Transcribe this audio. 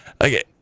Okay